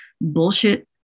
bullshit